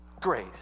Grace